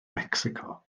mecsico